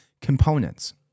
components